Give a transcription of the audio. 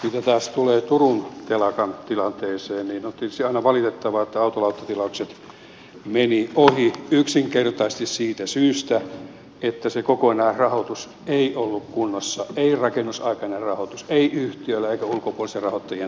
mitä taas tulee turun telakan tilanteeseen niin on tietysti aina valitettavaa että autolauttatilaukset menivät ohi yksinkertaisesti siitä syystä että se kokonaisrahoitus ei ollut kunnossa ei rakennusaikainen rahoitus ei yhtiöllä eikä ulkopuolisten rahoittajien toimesta